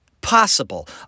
possible